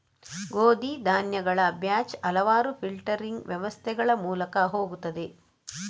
ಗೋಧಿ ಧಾನ್ಯಗಳ ಬ್ಯಾಚ್ ಹಲವಾರು ಫಿಲ್ಟರಿಂಗ್ ವ್ಯವಸ್ಥೆಗಳ ಮೂಲಕ ಹೋಗುತ್ತದೆ